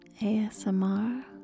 ASMR